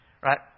Right